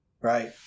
right